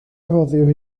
roddir